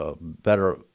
better